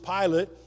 Pilate